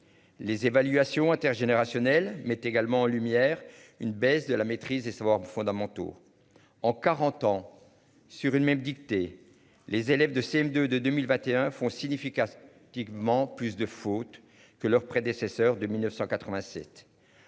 Les évaluations intergénérationnel mettent également en lumière une baisse de la maîtrise des savoirs fondamentaux, en 40 ans sur une même dictée. Les élèves de CM2 de 2021 fonds signification. Typiquement plus de fautes que leurs prédécesseurs de 1987.